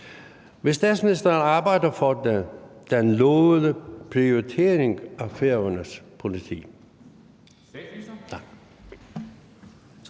Vil statsministeren arbejde for den lovede prioritering af Færøernes politi?